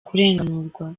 kurenganurwa